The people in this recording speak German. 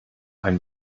ein